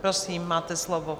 Prosím, máte slovo.